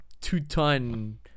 two-ton